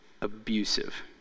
abusive